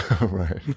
Right